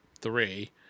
three